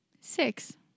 Six